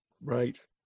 Right